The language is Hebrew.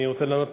אני רוצה לענות